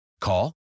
Call